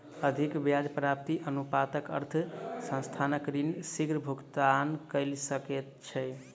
अधिक ब्याज व्याप्ति अनुपातक अर्थ संस्थान ऋण शीग्र भुगतान कय सकैछ